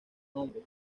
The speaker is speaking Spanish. nombres